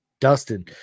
Dustin